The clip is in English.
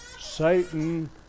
Satan